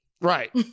Right